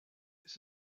this